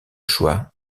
choix